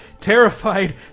terrified